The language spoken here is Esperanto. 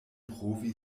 provi